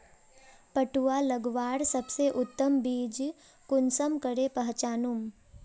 पटुआ लगवार सबसे उत्तम बीज कुंसम करे पहचानूम?